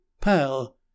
Pal